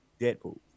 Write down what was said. Deadpool